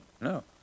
No